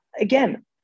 again